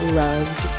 loves